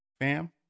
fam